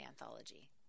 anthology